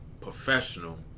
professional